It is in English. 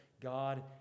God